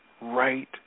right